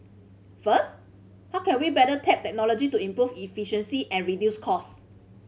first how can we better tap technology to improve efficiency and reduce cost